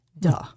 Duh